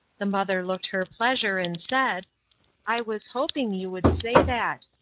the mother looked her pleasure, and said i was hoping you would say that.